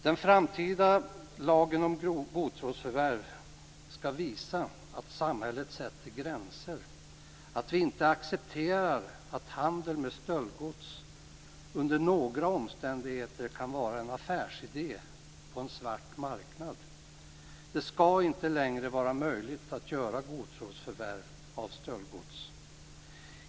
Den framtida lagen om godtrosförvärv skall visa att samhället sätter gränser, att vi inte under några omständigheter accepterar att handel med stöldgods kan bli en affärsidé på en svart marknad. Det skall inte längre vara möjligt att göra godtrosförvärv av stöldgods.